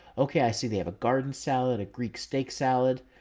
okay, i see they have a garden salad, a greek steak salad,